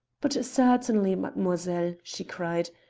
but certainly, mademoiselle, she cried.